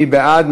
מי בעד?